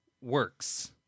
works